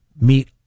meet